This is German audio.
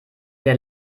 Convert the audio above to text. der